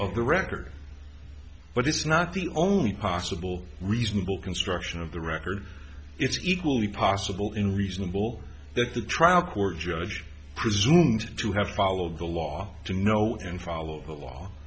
of the record but it's not the only possible reasonable construction of the record it's equally possible in reasonable that the trial court judge presumed to have followed the law to know and follow